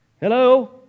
hello